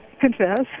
confess